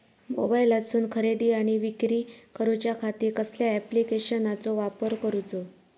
मोबाईलातसून खरेदी आणि विक्री करूच्या खाती कसल्या ॲप्लिकेशनाचो वापर करूचो?